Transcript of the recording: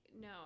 no